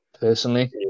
personally